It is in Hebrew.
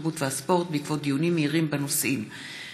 התרבות והספורט בעקבות דיון מהיר בהצעתו של חבר הכנסת יוסי יונה בנושא: